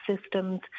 systems